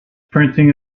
printing